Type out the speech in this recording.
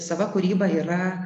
sava kūryba yra